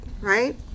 right